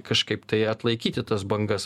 kažkaip tai atlaikyti tas bangas